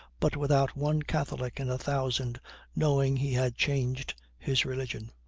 but without one catholic in a thousand knowing he had changed his religion.